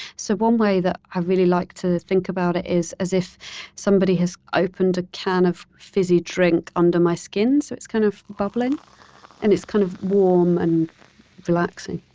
so one way that i really like to think about it is as if somebody has opened a can of fizzy drink under my skin, so it's kind of bubbling and it's kind of warm and relaxing